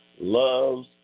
loves